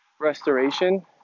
restoration